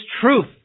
truth